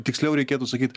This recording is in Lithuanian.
tiksliau reikėtų sakyt